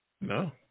No